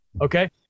Okay